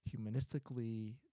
humanistically